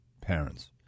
parents